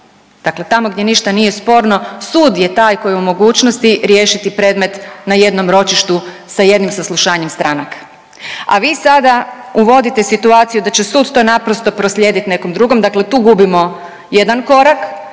Dakle tamo gdje ništa nije sporno, sud je taj koji je u mogućnosti riješiti pregled na jednom ročištu sa jednim saslušanjem stranaka, a vi sada uvodite situaciju da će sud to naprosto proslijediti nekom drugom, dakle tu gubimo jedan korak,